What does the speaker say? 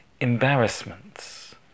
embarrassments